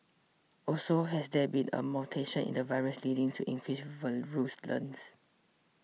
also has there been a mutation in the virus leading to increased virulence